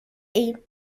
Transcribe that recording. ایم